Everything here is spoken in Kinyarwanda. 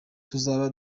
tuzaba